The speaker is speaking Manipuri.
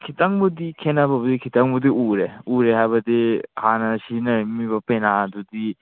ꯈꯤꯇꯪꯕꯨꯗꯤ ꯈꯦꯠꯅꯕꯕꯨꯗꯤ ꯈꯤꯇꯪꯕꯨꯗꯤ ꯎꯔꯦ ꯎꯔꯦ ꯍꯥꯏꯕꯗꯤ ꯍꯥꯟꯅ ꯁꯤꯖꯤꯟꯅꯔꯝꯃꯤꯕ ꯄꯦꯅꯥꯗꯨꯗꯤ